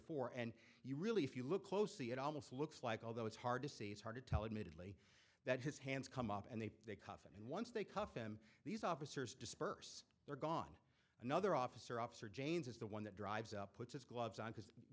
for and you really if you look closely it almost looks like although it's hard to see it's hard to tell admittedly that his hands come up and they cough and once they cuffed him these officers disperse they're gone another officer officer james is the one that drives up puts his gloves on because